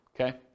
Okay